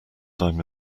time